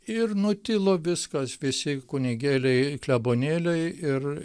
ir nutilo viskas visi kunigėliai klebonėliai ir